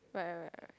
right right right right